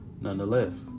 Nonetheless